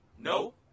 No